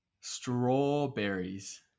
Strawberries